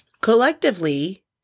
Collectively